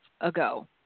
ago